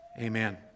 Amen